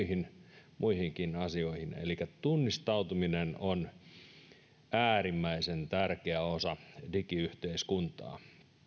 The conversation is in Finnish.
ja kaikkiin muihinkin asioihin elikkä tunnistautuminen on äärimmäisen tärkeä osa digiyhteiskuntaa